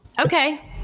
Okay